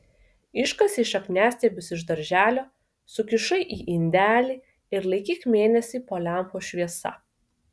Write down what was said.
iškasei šakniastiebius iš darželio sukišai į indelį ir laikyk mėnesį po lempos šviesa